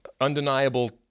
undeniable